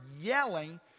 yelling